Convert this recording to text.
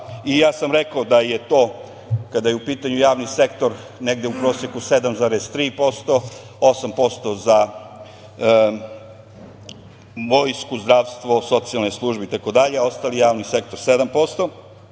i ja sam rekao da je to kada je u pitanju javni sektor negde u proseku 7,3%, 8% za vojsku, zdravstvo, socijalne službe itd. a ostali javni sektor 7%.Mi